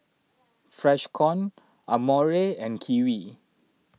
Freshkon Amore and Kiwi